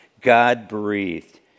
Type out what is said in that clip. God-breathed